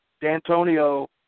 D'Antonio